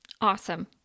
Awesome